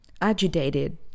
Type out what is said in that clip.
agitated